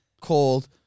called